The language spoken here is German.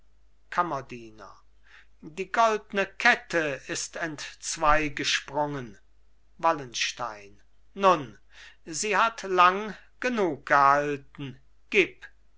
kammerdiener die goldne kette ist entzweigesprungen wallenstein nun sie hat lang genug gehalten gib